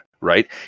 Right